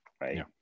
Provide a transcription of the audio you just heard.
right